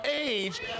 age